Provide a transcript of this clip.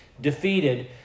defeated